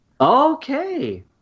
Okay